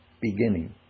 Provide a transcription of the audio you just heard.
beginning